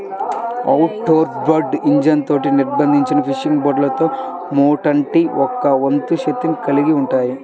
outboard ఇంజన్లతో నిర్బంధించబడిన fishing బోట్లలో మూడింట ఒక వంతు శక్తిని కలిగి ఉంటాయి